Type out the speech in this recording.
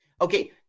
Okay